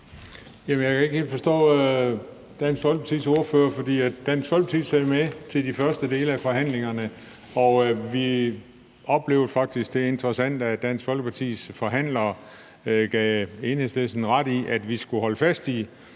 Jeg kan ikke helt forstå Dansk Folkepartis ordfører. Dansk Folkeparti sad med til de første dele af forhandlingerne, og vi oplevede faktisk det interessante, at Dansk Folkepartis forhandlere gav Enhedslisten ret i, at vi skulle holde fast i